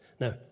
Now